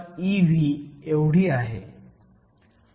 5 ev आहे